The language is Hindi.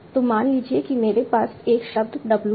तो मान लीजिए कि मेरे पास एक शब्द w है